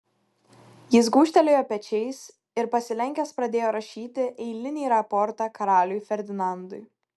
jis gūžtelėjo pečiais ir pasilenkęs pradėjo rašyti eilinį raportą karaliui ferdinandui